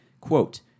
Quote